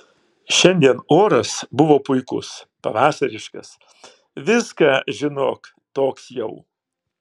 šiandien oras buvo puikus pavasariškas viską žinok toks jau